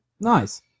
Nice